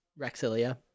rexilia